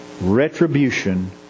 retribution